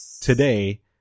today